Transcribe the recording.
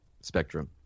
spectrum